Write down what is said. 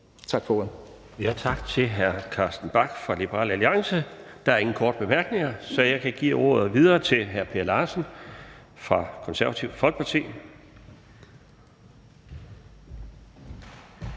(Bjarne Laustsen): Tak til hr. Carsten Bach fra Liberal Alliance. Der er ingen korte bemærkninger, så jeg kan give ordet videre til hr. Per Larsen fra Det Konservative Folkeparti.